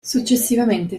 successivamente